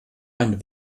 ein